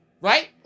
right